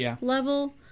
level